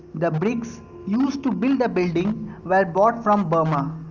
the bricks used to build the building were brought from burma.